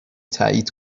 تایید